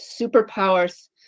superpowers